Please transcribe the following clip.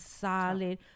solid